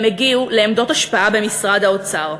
הם הגיעו לעמדות השפעה במשרד האוצר.